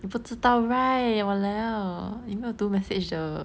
你不知道 right !waliao! 你没有读 message 的